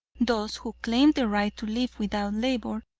those who claim the right to live without labor,